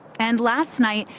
and last night,